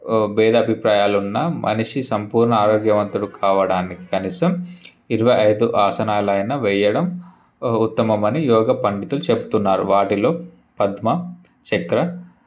భేద అభిప్రాయాలు ఉన్నా మనిషి సంపూర్ణ ఆరోగ్యవంతుడు కావడానికి కనీసం ఇరవైఐదు ఆసనాలు అయినా వెయ్యడం ఉత్తమమని యోగ పండితులు చెప్తున్నారు వాటిలో పద్మ చక్ర